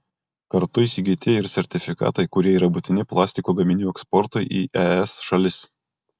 kartu įsigyti ir sertifikatai kurie yra būtini plastiko gaminių eksportui į es šalis